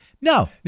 no